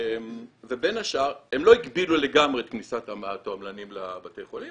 ובין השאר הם לא הגבילו לגמרי את כניסת התועמלנים לבתי החולים,